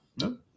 No